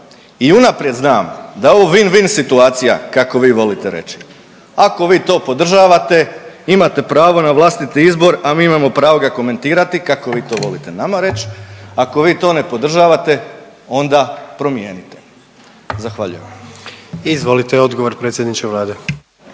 I unaprijed znam da je ovo win-win situacija kako vi volite reći. Ako vi to podržavate, imate pravo na vlastiti izbor, a mi imao pravo ga komentirati kako vi to volite nama reći. Ako vi to ne podržavate onda promijenite. Zahvaljujem. **Jandroković, Gordan